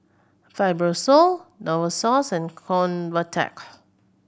Fibrosol Novosource and Convatec